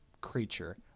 creature